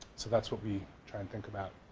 so that's what we try and think about